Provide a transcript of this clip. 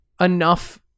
enough